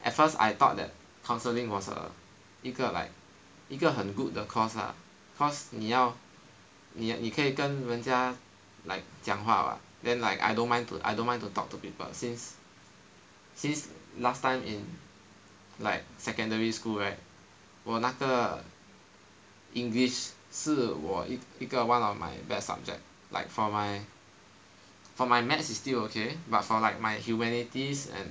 at first I thought that counselling was a 一个 like 一个很 good 的 course lah cause 你要你你可以跟人家 like 讲话 [what] then like I don't mind to I don't mind to talk to people since since last time in like secondary school right 我那个 English 是我一个 one of my best subject like for my for my Maths is still ok but for like my humanities and